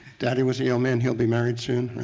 daddy was a young man, he'll be married soon.